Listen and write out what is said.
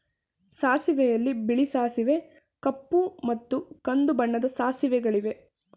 ಸಾಸಿವೆಯಲ್ಲಿ ಬಿಳಿ ಸಾಸಿವೆ ಕಪ್ಪು ಮತ್ತು ಕಂದು ಬಣ್ಣದ ಸಾಸಿವೆಗಳಿವೆ